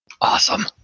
Awesome